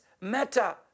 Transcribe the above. matter